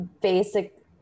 basic